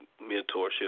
mentorship